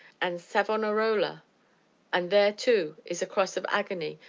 and savonarola and there, too, is a cross of agony,